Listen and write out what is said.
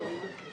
המציאות הזאת